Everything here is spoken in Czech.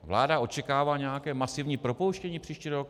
Vláda očekává nějaké masivní propouštění příští rok?